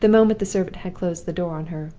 the moment the servant had closed the door on her.